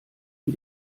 wie